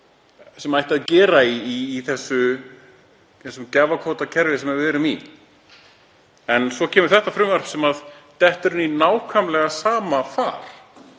sem ætti að gera í þessu gjafakvótakerfi sem við erum í. En svo kemur þetta frumvarp sem dettur inn í nákvæmlega sama far